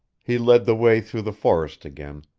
he led the way through the forest again,